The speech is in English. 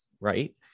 right